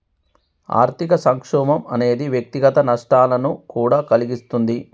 ఆర్థిక సంక్షోభం అనేది వ్యక్తిగత నష్టాలను కూడా కలిగిస్తుంది